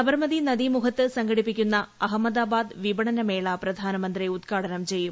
സബർമതി നദി മുഖത്ത് സംഘടിപ്പിക്കുന്ന അഹമ്മദാബാദ് വിപണന മേള പ്രധാ നമന്ത്രി ഉദ്ഘാടനം ചെയ്യും